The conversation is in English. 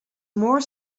more